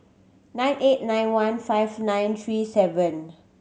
nine eight nine one five nine three seven